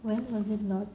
when was it not